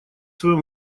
своем